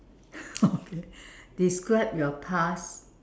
okay describe your past